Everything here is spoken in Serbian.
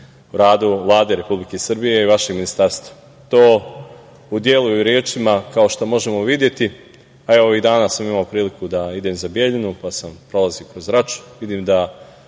u radu Vlade Republike Srbije i vašeg ministarstva. To u delu i u rečima, kao što možemo i videti. Evo i danas imam priliku da idem za Bijeljinu, pa sam prolazio kroz Raču. Vidim da